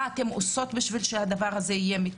מה אתן עושות כדי שזה יטופל?